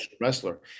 wrestler